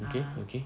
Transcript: okay okay